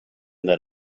that